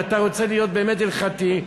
ואתה רוצה להיות באמת הלכתי,